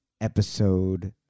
episode